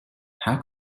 how